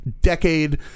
decade